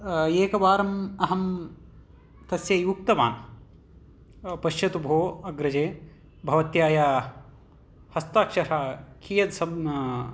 एकवारम् अहं तस्यै उक्तवान् पश्यतु भो अग्रजे भवत्याः हस्ताक्षरः कीयत् सं